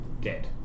dead